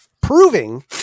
proving